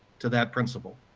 to that principle.